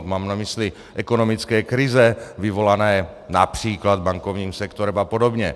Mám na mysli ekonomické krize vyvolané například bankovním sektorem apod.